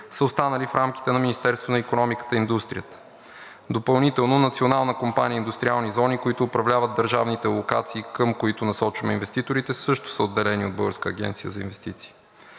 са останали в рамките на Министерството на икономиката и индустрията. Допълнително Национална компания „Индустриални зони“, които управляват държавните локации, към които насочваме инвеститорите, също са отделени от Българската агенция за инвестиции.